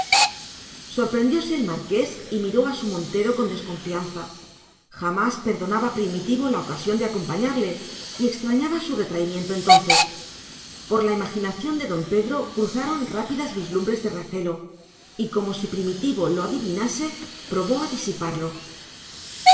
señorito sorprendióse el marqués y miró a su montero con desconfianza jamás perdonaba primitivo la ocasión de acompañarle y extrañaba su retraimiento entonces por la imaginación de don pedro cruzaron rápidas vislumbres de recelo y como si primitivo lo adivinase probó a disiparlo